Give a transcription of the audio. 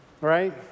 right